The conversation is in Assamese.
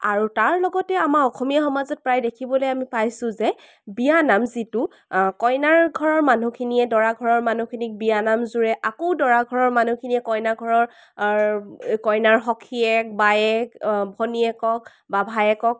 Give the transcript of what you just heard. আৰু তাৰ লগতে আমাৰ অসমীয়া সমাজত প্ৰায় দেখিবলে আমি পাইছো যে বিয়ানাম যিটো কইনাৰ ঘৰৰ মানুহখিনিয়ে দৰা ঘৰৰ মানুহখিনিক বিয়ানাম জোৰে আকৌ দৰা ঘৰৰ মানুহখিনিয়ে কইনা ঘৰৰ কইনাৰ সখিয়েক বায়েক ভনীয়েকক বা ভায়েকক